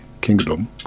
Kingdom